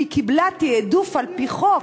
כי היא קיבלה תעדוף על-פי חוק,